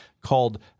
called